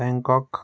Bangkok